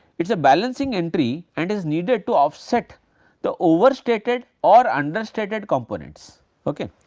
it is a balancing entry and is needed to offset the overstated or understated components ok.